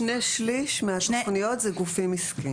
שני שליש מהתוכניות זה גופים עסקיים.